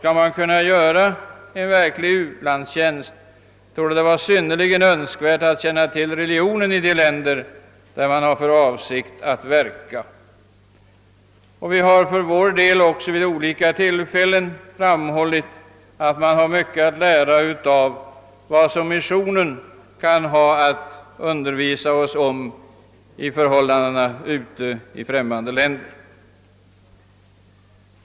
Skall man kunna göra en verklig utlandstjänst, torde det vara synnerligen önskvärt att man känner till religionen i det land där man har för avsikt att verka. Vi har för vår del också vid olika tillfällen framhållit att man har mycket att lära av vad missionen kan ha att lära oss beträffande förhållandena ute i främmande länder.